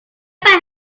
paz